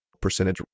Percentage